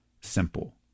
simple